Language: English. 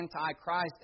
anti-Christ